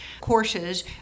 courses